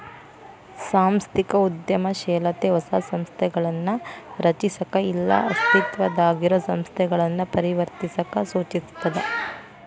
ಸಾಂಸ್ಥಿಕ ಉದ್ಯಮಶೇಲತೆ ಹೊಸ ಸಂಸ್ಥೆಗಳನ್ನ ರಚಿಸಕ ಇಲ್ಲಾ ಅಸ್ತಿತ್ವದಾಗಿರೊ ಸಂಸ್ಥೆಗಳನ್ನ ಪರಿವರ್ತಿಸಕ ಸೂಚಿಸ್ತದ